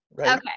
okay